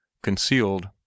concealed